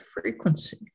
frequency